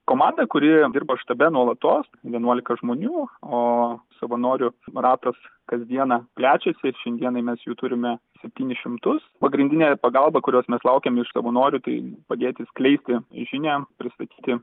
komanda kuri dirba štabe nuolatos vienuolika žmonių o savanorių ratas kasdieną plečiasi ir šiandienai mes jų turime septynis šimtus pagrindinė pagalba kurios mes laukiam iš savanorių tai padėti skleisti žinią pristatyti